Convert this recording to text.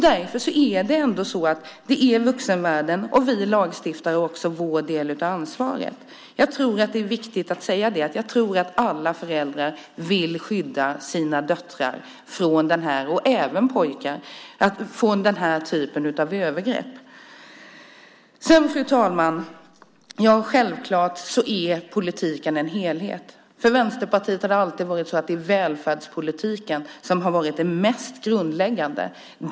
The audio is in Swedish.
Därför är det vuxenvärldens och vi lagstiftares del av ansvaret. Jag tror att alla föräldrar vill skydda sina döttrar och även söner från den här typen av övergrepp. Fru talman! Självklart är politiken en helhet. För Vänsterpartiet har det alltid varit välfärdspolitiken som har varit den mest grundläggande.